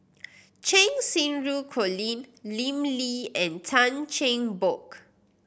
Cheng Xinru Colin Lim Lee and Tan Cheng Bock